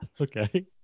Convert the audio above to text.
Okay